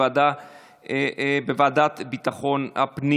לוועדה לביטחון הפנים